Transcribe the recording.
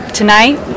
tonight